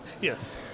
Yes